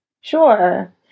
Sure